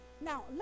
Now